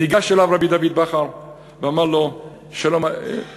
ניגש אליו רבי דוד בכר ואמר לו: אני